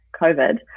COVID